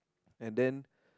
and then